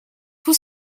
tous